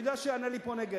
אני יודע שהוא יענה לי פה נגד.